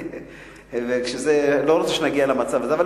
אני לא רוצה שנגיע למצב הזה.